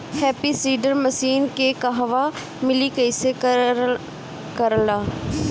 Happy seeder machine के कहवा मिली कैसे कार कर ला?